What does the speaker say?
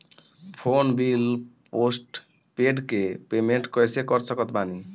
Phone bill postpaid के payment कैसे कर सकत बानी?